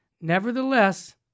Nevertheless